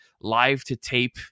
live-to-tape